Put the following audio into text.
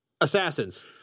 Assassins